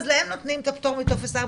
אז להם נותנים את הפטור מטופס 4,